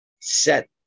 set